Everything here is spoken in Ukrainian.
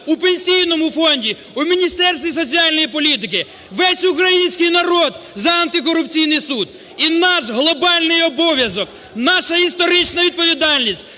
у Пенсійному фонді, у Міністерстві соціальної політики. Весь український народ за антикорупційний суд. І наш глобальний обов'язок, наша історична відповідальність